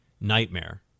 nightmare